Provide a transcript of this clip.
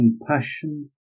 compassion